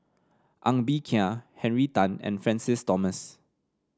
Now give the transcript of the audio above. Ng Bee Kia Henry Tan and Francis Thomas